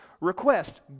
request